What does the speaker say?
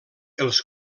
els